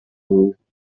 rule